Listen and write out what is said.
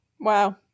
Wow